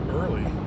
early